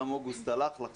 גם אוגוסט הלך לך,